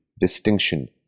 distinction